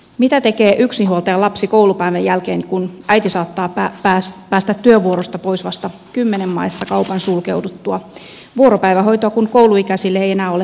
mitä tekee yksinhuoltajan lapsi koulupäivän jälkeen kun äiti saattaa päästä työvuorosta pois vasta kymmenen maissa kaupan sulkeuduttua vuoropäivähoitoa kun kouluikäisille ei enää ole tarjolla